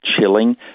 chilling